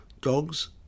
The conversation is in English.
Dogs